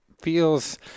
feels